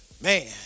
man